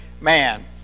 man